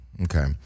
Okay